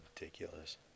ridiculous